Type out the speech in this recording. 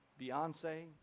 Beyonce